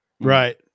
Right